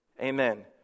Amen